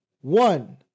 One